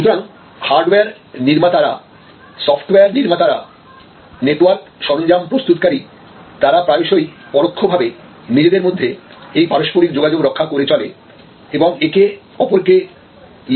সুতরাং হার্ডওয়্যার নির্মাতারা সফ্টওয়্যার নির্মাতারা নেটওয়ার্ক সরঞ্জাম প্রস্তুতকারী তারা প্রায়শই পরোক্ষভাবে নিজেদের মধ্যে এই পারস্পরিক যোগাযোগ রক্ষা করে চলে এবং একে অপরকে লিড সরবরাহ করে